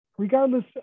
Regardless